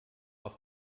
auf